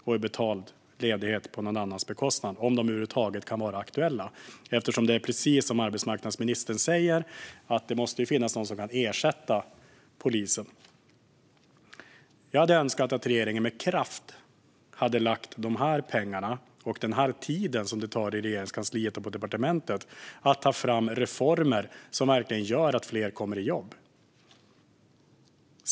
Det är betald ledighet på någon annans bekostnad, om utvecklingstid över huvud taget kan vara aktuellt. Det är precis som arbetsmarknadsministern säger, nämligen att det måste finnas någon som kan ersätta till exempel polisen. Jag hade önskat att regeringen med kraft hade lagt pengarna och tiden som detta arbete tar i Regeringskansliet och på departementet på att ta fram reformer som verkligen gör att fler kommer i jobb.